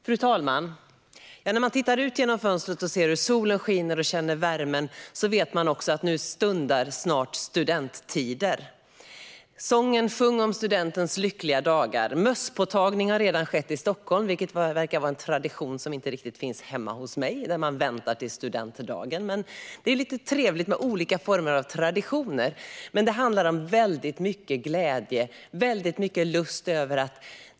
Fru talman! När man tittar ut genom fönstret och ser hur solen skiner och känner värmen vet man också att nu stundar snart studenttider. Det är studentsången Sjungom studentens lyckliga dag . Mösspåtagning har redan skett i Stockholm, vilket är en tradition som inte riktigt finns hemma hos mig, där man väntar till studentdagen. Men det är lite trevligt med olika former av traditioner. Det handlar om väldigt mycket glädje och lust.